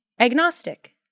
Agnostic